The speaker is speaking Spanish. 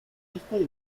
estoy